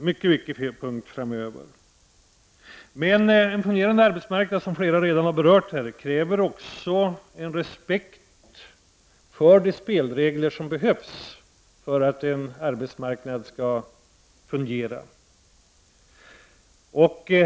Men en fungerande arbetsmarknad kräver också, som flera redan har berört, en respekt för de spelregler som behövs för att en arbetsmarknad skall fungera.